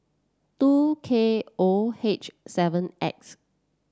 two K O H seven X